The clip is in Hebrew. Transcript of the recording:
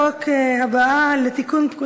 הצעת החוק הבאה: הצעת חוק לתיקון פקודת